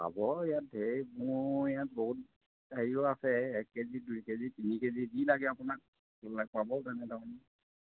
পাব ইয়াত ঢেৰ মোৰ ইয়াত বহুত হেৰিয়ৰ আছে এক কে জি দুই কে জি তিনি কে জি যি লাগে আপোনাক পাবও তাৰমানে তেনেকৈ